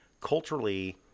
culturally